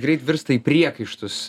greit virsta į priekaištus